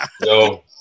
No